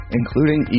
including